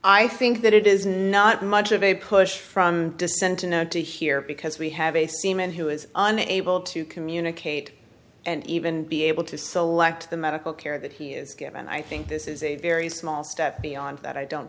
i think that it is not much of a push from descent to here because we have a seaman who is unable to communicate and even be able to select the medical care that he is given i think this is a very small step beyond that i don't